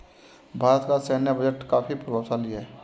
भारत का सैन्य बजट काफी प्रभावशाली है